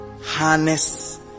harness